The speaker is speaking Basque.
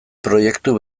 proiektu